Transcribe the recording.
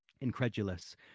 Incredulous